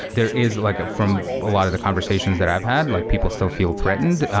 there is like from a lot of the conversations that i've had, like people still feel threatened.